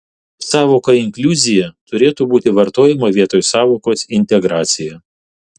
sąvoka inkliuzija turėtų būti vartojama vietoj sąvokos integracija